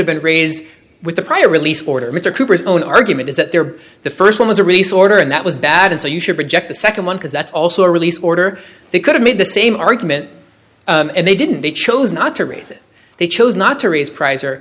have been raised with the prior release order mr cooper's own argument is that there the first one was a resort and that was bad and so you should reject the second one because that's also a release order they could have made the same argument and they didn't they chose not to raise it they chose not to raise prices or